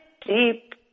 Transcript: deep